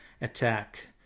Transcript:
attack